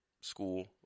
school